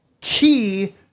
key